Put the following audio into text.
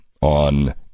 on